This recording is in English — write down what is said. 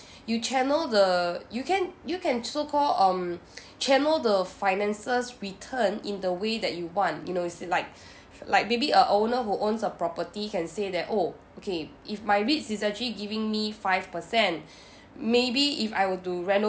you channel the you can you can so call um channel the finances return in the way that you want you know it's like like maybe a owner who owns a property can say that oh okay if my REITs is actually giving me five per cent maybe if I were to reno~